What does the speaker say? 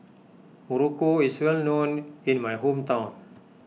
Muruku is well known in my hometown